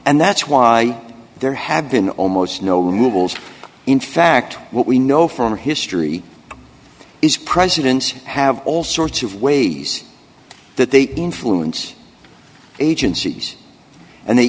and that's why there have been almost no removals in fact what we know from history is presidents have all sorts of ways that they influence agencies and they